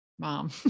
Mom